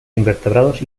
invertebrados